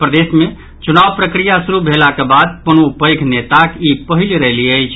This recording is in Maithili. प्रदेश मे चुनाव प्रक्रिया शुरू भेलाक बाद कोनो पैघ नेताक ई पहिल रैली अछि